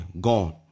gone